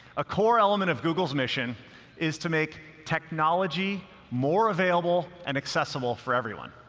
a core element of google's mission is to make technology more available and accessible for everyone.